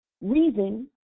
reason